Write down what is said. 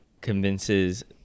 convinces